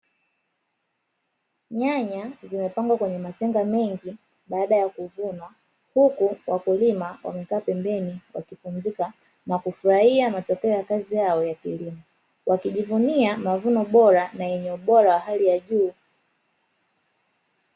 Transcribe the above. Nyanya zimepangwa kwenye matenga mengi baada ya kuvunwa, huku wakulima wamekaa pembeni wakipumzika na kufurahia matokeo ya kazi yao ya kilimo. Wakijuvunia mavuno bora na yenye ubora wa hali ya juu.